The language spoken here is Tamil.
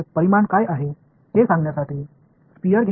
மேற்பரப்பு வாள்யூமை விட சிறியதாக இருக்கும்